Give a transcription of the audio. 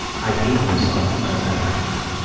i hate myself because i have them.